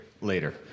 Later